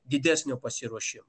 didesnio pasiruošimo